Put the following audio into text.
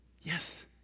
Yes